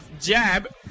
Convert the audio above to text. jab